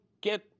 get